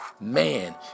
man